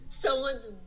someone's